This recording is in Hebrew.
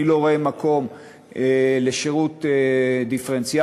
אני לא רואה מקום לשירות דיפרנציאלי,